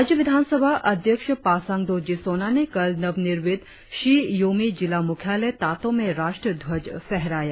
राज्य विधानसभा अध्यक्ष पासांग दोरजी सोना ने कल नवनिर्मित शी योमी जिला मुख्यालय तातों में राष्ट्रीय ध्वज फहराया